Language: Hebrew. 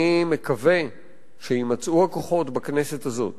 אני מקווה שבכנסת הזאת